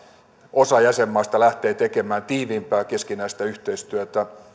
osa jäsenmaista lähtee tekemään tiiviimpää keskinäistä yhteistyötä